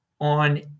on